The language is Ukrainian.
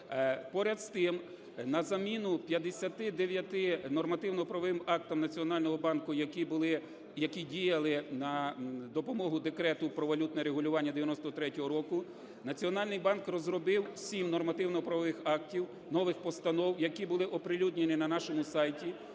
Поряд з тим, на заміну 59 нормативно-правовим актам Національного банку, які діяли на допомогу Декрету про валютне регулювання 1993 року, Національний банк розробив 7 нормативно-правових актів, нових постанов, які були оприлюднені на нашому сайті,